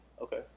Okay